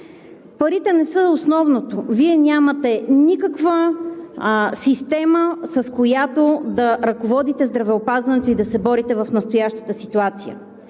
парите не са основното – Вие нямате никаква система, с която да ръководите здравеопазването и да се борите в настоящата ситуация.